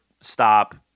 stop